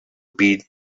beat